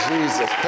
Jesus